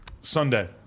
Sunday